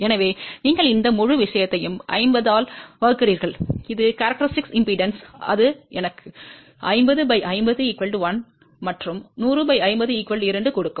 எனவே நீங்கள் இந்த முழு விஷயத்தையும் 50 ஆல் வகுக்கிறீர்கள் இது சிறப்பியல்பு மின்மறுப்பு அது எனக்கு 5050 1 மற்றும் 100 50 2 கொடுக்கும்